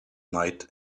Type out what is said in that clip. night